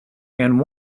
and